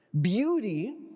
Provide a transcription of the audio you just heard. beauty